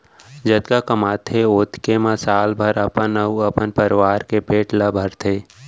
जतका कमाथे ओतके म साल भर अपन अउ अपन परवार के पेट ल भरथे